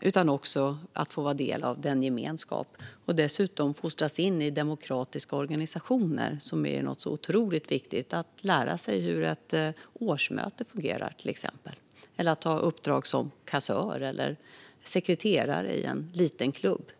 utan också att vara en del av denna gemenskap och att fostras in i demokratiska organisationer. Det är otroligt viktigt att lära sig till exempel hur ett årsmöte fungerar eller att ta uppdrag som kassör eller sekreterare i en liten klubb.